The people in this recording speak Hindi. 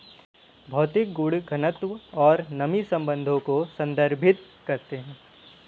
भौतिक गुण घनत्व और नमी संबंधों को संदर्भित करते हैं